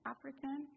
African